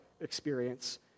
experience